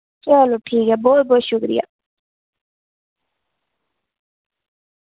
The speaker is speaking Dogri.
चलो ठीक ऐ बहुत बहुत शुक्रिया